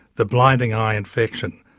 the blinding eye infection,